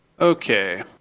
Okay